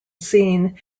seen